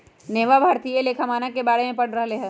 नेहवा भारतीय लेखा मानक के बारे में पढ़ रहले हल